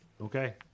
okay